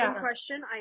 question